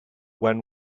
when